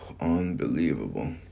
Unbelievable